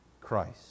Christ